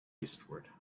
eastward